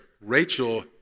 Rachel